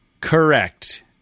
Correct